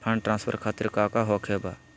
Fund transfer खातिर काका होखे का बा?